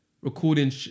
recording